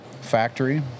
factory